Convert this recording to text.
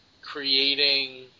creating